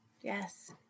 Yes